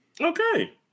Okay